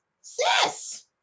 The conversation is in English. sis